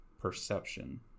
perception